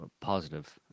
positive